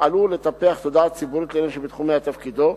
יפעל לטפח תודעה ציבורית לעניינים שבתחומי תפקידו,